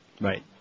Right